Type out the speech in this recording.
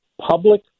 public